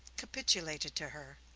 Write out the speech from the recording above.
capitulated to her,